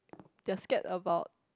they're scared about